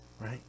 Right